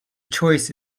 choice